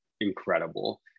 incredible